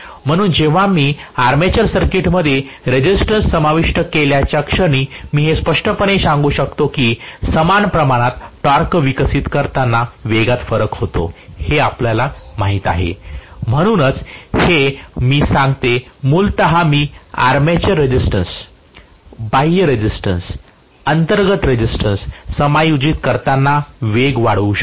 म्हणून जेव्हा मी आर्मेचर सर्किटमध्ये रेसिस्टन्स समाविष्ट केल्याच्या क्षणी मी स्पष्टपणे सांगू शकतो की समान प्रमाणात टॉर्क विकसित करताना वेगात फरक होतो हे आपल्याला माहित आहे म्हणूनच हे मी सांगते मूलत मी आर्मेचर रेझिस्टन्स बाह्य रेसिस्टन्स अंतर्गत रेसिस्टन्स समायोजित करताना वेग वाढवू शकते